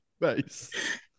nice